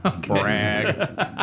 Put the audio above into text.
Brag